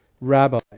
rabbi